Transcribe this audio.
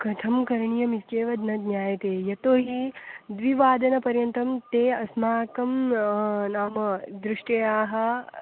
कथं करणीयमित्येव न ज्ञायते यतो हि द्विवादनपर्यन्तं ते अस्माकं नाम दृष्ट्याः